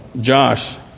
Josh